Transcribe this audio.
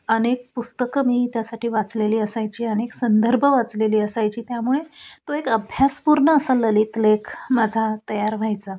अनेक पुस्तकं मी त्यासाठी वाचलेली असायची अनेक संदर्भ वाचलेली असायची त्यामुळे तो एक अभ्यासपूर्ण असा ललित लेख माझा तयार व्हायचा